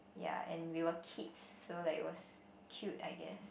ya and we were kids so it was cute I guess